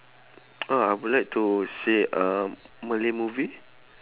ah I would like to see uh malay movie